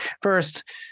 First